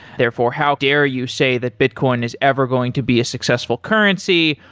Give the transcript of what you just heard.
therefore, how dare you say that bitcoin is ever going to be a successful currency?